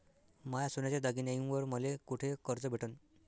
माया सोन्याच्या दागिन्यांइवर मले कुठे कर्ज भेटन?